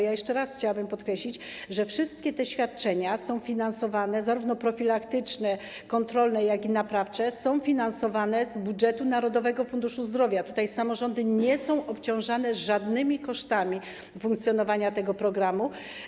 Jeszcze raz chciałabym podkreślić, że wszystkie te świadczenia, zarówno profilaktyczne, kontrolne, jak i naprawcze, są finansowane z budżetu Narodowego Funduszu Zdrowia, samorządy nie są obciążane żadnymi kosztami funkcjonowania tego programu.